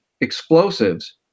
explosives